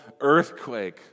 earthquake